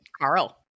Carl